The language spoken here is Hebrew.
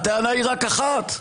הטענה היא רק אחת,